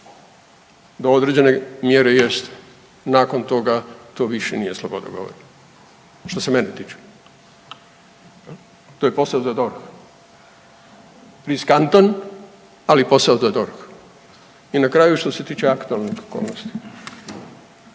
Do određene mjere jeste, nakon toga to više nije sloboda govora što se mene tiče. To je posao za DORH, riskantan, ali posao za DORH. I na kraju što se tiče aktualnih okolnosti,